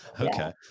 Okay